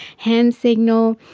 hand signal,